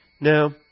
now